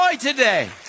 today